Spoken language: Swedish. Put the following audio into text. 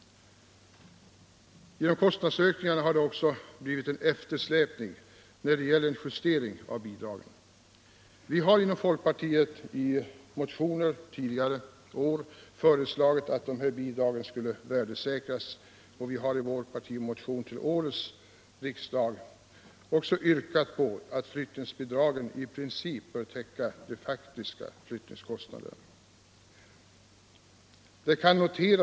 Kostnadsökningarna har också gjort att det blivit en eftersläpning i justeringen av dessa bidrag. Folkpartiet har tidigare år i motioner föreslagit att flyttningsbidragen skall värdesäkras, och i en partimotion till årets riksmöte har vi yrkat att flyttningsbidragen i princip bör täcka de faktiska flyttningskostnaderna.